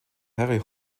harry